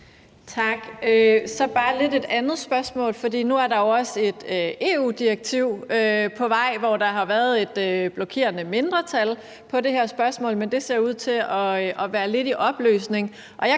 Tak. Så har jeg et lidt andet spørgsmål. Nu er der jo også et EU-direktiv på vej, hvor der har været et blokerende mindretal på det her spørgsmål, men det ser ud til at være lidt i opløsning.